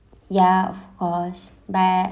ya of course but